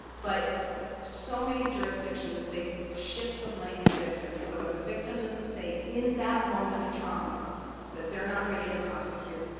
but so many jurisdictions, they shift the blame to victims. so, if a victim doesn't say in that moment of trauma that they're not ready to prosecute,